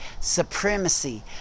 supremacy